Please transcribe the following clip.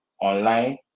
online